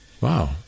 wow